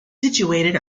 situated